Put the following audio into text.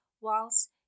whilst